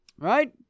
Right